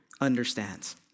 understands